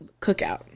cookout